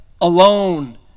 alone